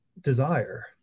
desire